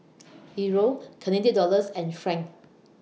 Euro Canadian Dollars and Franc